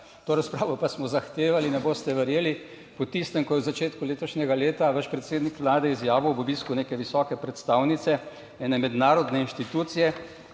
To razpravo pa smo zahtevali, ne boste verjeli po tistem, ko je v začetku letošnjega leta vaš predsednik Vlade izjavil ob obisku neke visoke predstavnice ene mednarodne inštitucije,